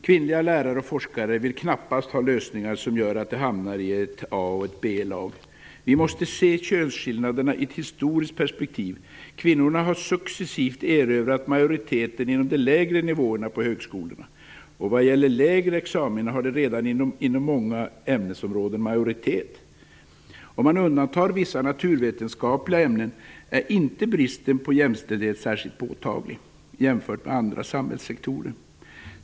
Kvinnliga lärare och forskare vill knappast ha lösningar som gör att de hamnar i ett A eller B-lag. Vi måste se könsskillnaderna i ett historiskt perspektiv. Kvinnorna har successivt erövrat majoriteten av platserna på de lägre nivåerna på högskolorna. Vad gäller lägre examina har de redan majoritet inom många ämnesområden. Om man undantar vissa naturvetenskapliga ämnen är inte bristen på jämställdhet särskilt påtaglig jämfört med i andra samhällssektorer.